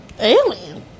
Alien